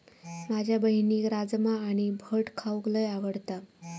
माझ्या बहिणीक राजमा आणि भट खाऊक लय आवडता